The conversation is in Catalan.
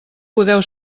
podeu